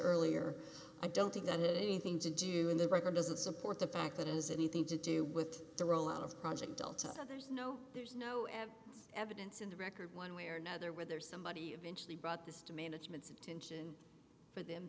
earlier i don't think that it anything to do in the record doesn't support the fact that as anything to do with the rollout of project delta there's no there's no evidence in the record one way or another whether somebody of intially brought this to management's attention for them